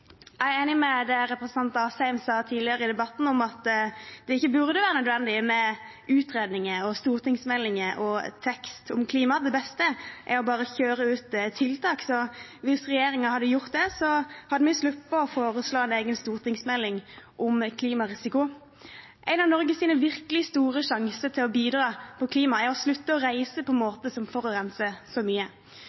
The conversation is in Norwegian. Jeg er enig i det representanten Asheim sa tidligere i debatten, om at det ikke burde være nødvendig med utredninger og stortingsmeldinger og tekst om klima, at det beste bare er å kjøre ut tiltak, så hvis regjeringen hadde gjort det, hadde vi sluppet å foreslå en egen stortingsmelding om klimarisiko. En av Norges virkelig store sjanser til å bidra på klima er å slutte å reise på måter som forurenser så mye.